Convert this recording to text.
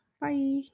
Bye